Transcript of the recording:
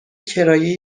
کرایه